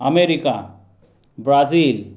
America Brazil